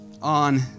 on